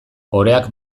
oreak